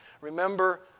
Remember